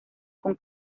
con